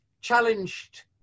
challenged